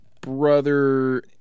brother